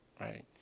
right